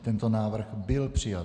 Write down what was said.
Tento návrh byl přijat.